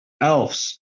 elves